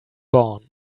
born